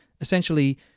Essentially